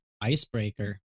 Icebreaker